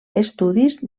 estudis